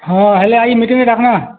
ହଁ ହେଲା ଆଜି ମିଟିଂଟେ ଡ଼ାକ୍ମା